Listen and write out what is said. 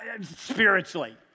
Spiritually